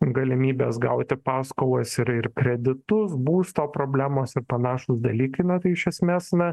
galimybės gauti paskolas ir ir kreditus būsto problemos ir panašūs dalykai na tai iš esmės na